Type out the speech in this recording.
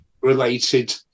related